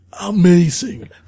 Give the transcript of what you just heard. amazing